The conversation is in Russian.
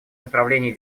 направлений